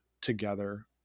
together